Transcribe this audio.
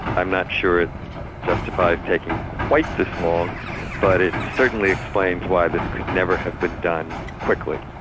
i'm not sure it justified taking quite this long but it certainly explains why this could never have been done quickly.